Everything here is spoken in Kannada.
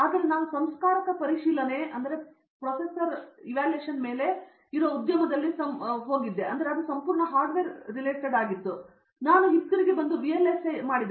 ಆದರೆ ನಂತರ ನಾನು ಸಂಸ್ಕಾರಕ ಪರಿಶೀಲನೆಯ ಮೇಲೆ ಇರುವ ಉದ್ಯಮದಲ್ಲಿ ಸಂಪೂರ್ಣವಾಗಿ ಹಾರ್ಡ್ವೇರ್ ಆಗಿದ್ದು ನಾನು ಹಿಂತಿರುಗಿ ಇಲ್ಲಿ VLSI ಮಾಡಿದೆ